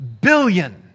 billion